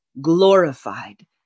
glorified